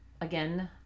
again